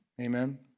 Amen